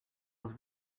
was